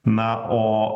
na o